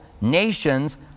nations